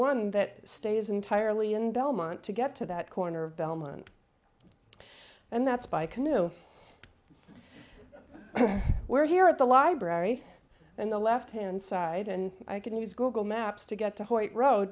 one that stays entirely in belmont to get to that corner of belmont and that's by canoe we're here at the library in the left hand side and i can use google maps to get to